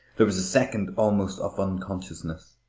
there was a second almost of unconsciousness.